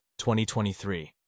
2023